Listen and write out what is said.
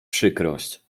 przykrość